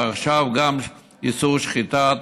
ועכשיו גם איסור שחיטת